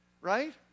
right